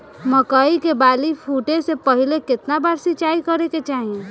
मकई के बाली फूटे से पहिले केतना बार सिंचाई करे के चाही?